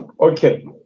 Okay